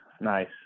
nice